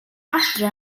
adre